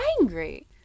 angry